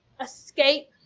escape